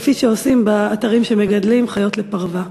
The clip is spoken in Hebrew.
כפי שעושים באתרים שמגדלים חיות לפרווה.